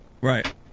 Right